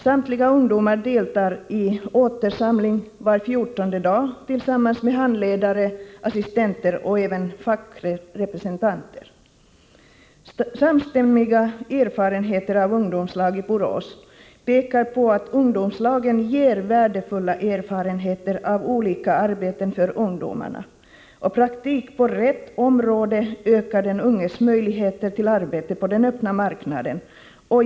Samtliga ungdomar deltar i en sammankomst var fjortonde dag tillsammans med handledare, assistenter och även fackrepresentanter. Samstämmiga erfarenheter av ungdomslag i Borås pekar på att ungdomslagen ger värdefulla erfarenheter av olika arbeten för ungdomarna. Praktik på rätt område ökar den unges möjligheter till arbete på den öppna marknaden.